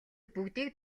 бүгдийг